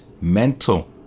mental